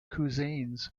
cuisines